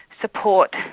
support